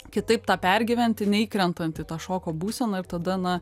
kitaip tą pergyvent neįkrentant į tą šoko būseną ir tada na